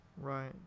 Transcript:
right